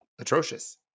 atrocious